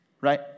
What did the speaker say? right